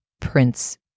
Prince